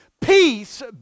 Peace